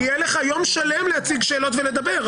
יהיה לך יום שלם להציג שאלות ולדבר,